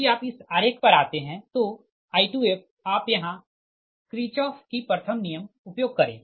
यदि आप इस आरेख पर आते है तो I2f आप यहाँ किर्छोफ की प्रथम नियम उपयोग करे